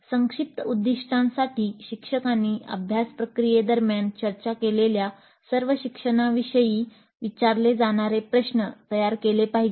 संक्षिप्त उद्दीष्टांसाठी शिक्षकांनी अभ्यास प्रक्रियेदरम्यान चर्चा केलेल्या सर्व शिक्षणाविषयी विचारले जाणारे प्रश्न तयार केले पाहिजेत